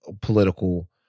political